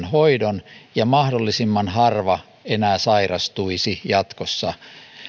hoidon ja mahdollisimman harva enää sairastuisi jatkossa